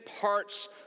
parts